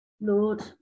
Lord